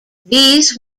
these